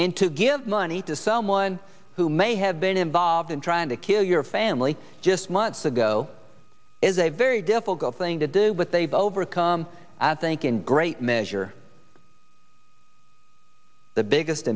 and to give money to someone who may have been involved in trying to kill your family just months ago is a very difficult thing to do but they've overcome i think in great measure the biggest